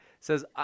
says